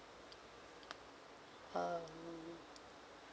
um